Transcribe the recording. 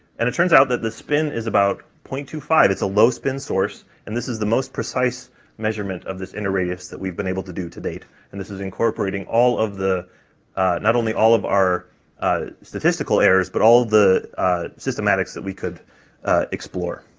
and it turns out that the spin is about zero point two five, it's a low spin source, and this is the most precise measurement of this inner radius that we've been able to do to date, and this is incorporating all of the not only all of our statistical errors, but all the systematics that we could explore.